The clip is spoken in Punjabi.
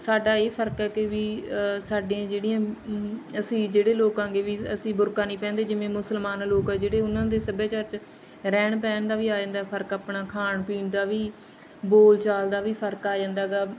ਸਾਡਾ ਇਹ ਫਰਕ ਹੈ ਕਿ ਵੀ ਸਾਡੀਆਂ ਜਿਹੜੀਆਂ ਅਸੀਂ ਜਿਹੜੇ ਲੋਕਾਂ ਅੱਗੇ ਵੀ ਅਸੀਂ ਬੁਰਕਾ ਨਹੀਂ ਪਹਿਨਦੇ ਜਿਵੇਂ ਮੁਸਲਮਾਨ ਲੋਕ ਜਿਹੜੇ ਉਹਨਾਂ ਦੇ ਸੱਭਿਆਚਾਰ 'ਚ ਰਹਿਣ ਪਹਿਨ ਦਾ ਵੀ ਆ ਜਾਂਦਾ ਫਰਕ ਆਪਣਾ ਖਾਣ ਪੀਣ ਦਾ ਵੀ ਬੋਲ ਚਾਲ ਦਾ ਵੀ ਫਰਕ ਆ ਜਾਂਦਾ ਗਾ